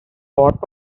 fort